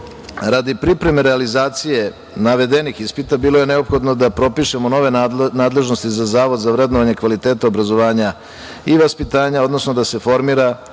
pripreme realizacije navedenih ispita bilo je neophodno da propišemo nove nadležnosti za Zavod za vrednovanje kvaliteta obrazovanja i vaspitanja, odnosno da se formira